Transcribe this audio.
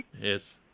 Yes